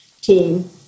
team